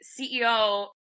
CEO